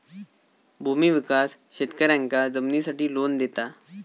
भूमि विकास शेतकऱ्यांका जमिनीसाठी लोन देता